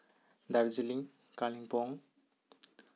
Darjeeling Kalimpong